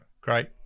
great